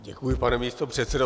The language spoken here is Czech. Děkuji, pane místopředsedo.